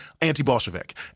anti-Bolshevik